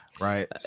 Right